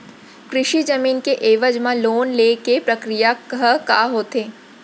कृषि जमीन के एवज म लोन ले के प्रक्रिया ह का होथे?